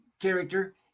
character